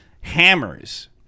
Hammer's